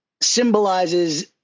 symbolizes